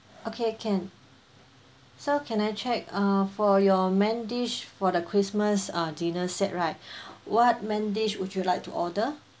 okay can so can I check uh for your main dish for the christmas uh dinner set right what main dish would you like to order